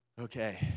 Okay